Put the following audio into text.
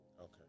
Okay